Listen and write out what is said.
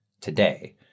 today